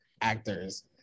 actors